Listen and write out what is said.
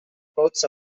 boats